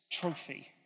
trophy